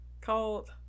called